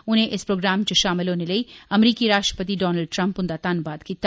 उनें इस प्रोग्राम च शामिल होने लेई अमरीकी राष्ट्रपति डोनाल्ड ट्रम्प हुन्दा धन्नवाद कीता